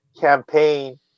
campaign